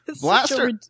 Blaster